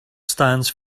stands